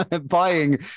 buying